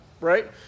Right